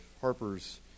Harper's